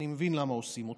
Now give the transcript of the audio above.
אני מבין למה עושים אותה,